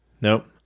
Nope